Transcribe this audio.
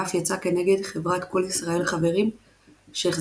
ואף יצא כנגד חברת כל ישראל חברים שהחזיקה